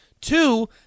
Two